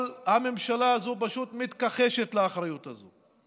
אבל הממשלה הזו פשוט מתכחשת לאחריות הזאת.